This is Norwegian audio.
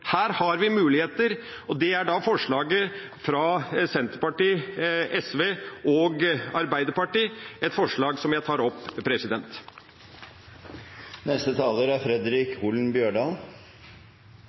Her har vi muligheter, og det er forslaget fra Senterpartiet, Sosialistisk Venstreparti og Arbeiderpartiet. Jeg tar opp forslaget. Representanten Per Olaf Lundteigen har tatt opp de forslagene han refererte til. For Arbeidarpartiet er